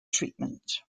treatment